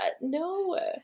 no